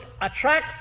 attract